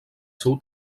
seu